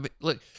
look